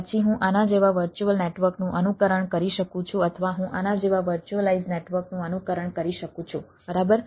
પછી હું આના જેવા વર્ચ્યુઅલ નેટવર્કનું અનુકરણ કરી શકું છું અથવા હું આના જેવા વર્ચ્યુઅલાઈઝ નેટવર્કનું અનુકરણ કરી શકું છું બરાબર